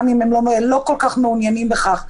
גם אם הם לא כל כך מעוניינים בכך,